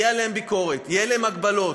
תהיה עליהם ביקורת, יהיו עליהם הגבלות.